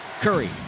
Curry